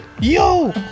yo